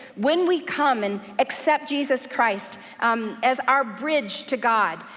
when we come and accept jesus christ as our bridge to god,